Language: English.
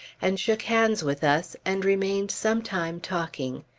and shook hands with us, and remained some time talking.